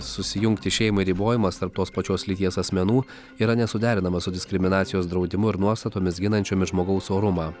susijungti šeimai ribojimas tarp tos pačios lyties asmenų yra nesuderinamas su diskriminacijos draudimu ir nuostatomis ginančiomis žmogaus orumą